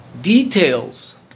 details